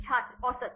छात्र औसत